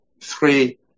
three